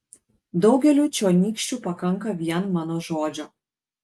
daugeliui čionykščių pakanka vien mano žodžio